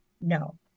no